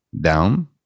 down